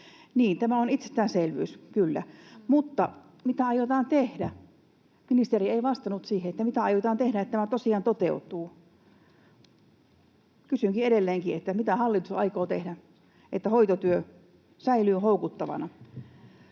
tämä on itsestäänselvyys, kyllä, mutta mitä aiotaan tehdä — ministeri ei vastannut siihen, mitä aiotaan tehdä, että tämä tosiaan toteutuu. Kysynkin edelleenkin: mitä hallitus aikoo tehdä, että hoitotyö säilyy houkuttelevana?